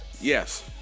Yes